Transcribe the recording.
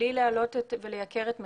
מבלי לייקר את מחירם.